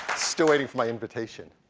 still waiting for my invitation.